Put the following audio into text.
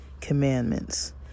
commandments